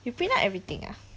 you print out everything ah